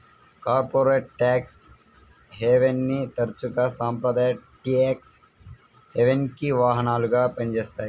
corporate tax హెవెన్ని తరచుగా సాంప్రదాయ ట్యేక్స్ హెవెన్కి వాహనాలుగా పనిచేస్తాయి